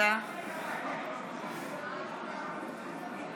(קוראת בשמות חברי הכנסת)